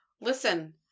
Listen